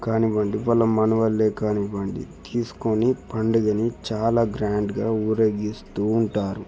కానివ్వండి వాళ్ళ మనవాళ్ళే కానివ్వండి తీసుకొని పండగని చాలా గ్రాండ్గా ఊరేగిస్తూ ఉంటారు